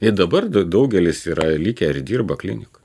ir dabar daugelis yra likę ir dirba klinikoj